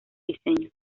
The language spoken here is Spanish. diseño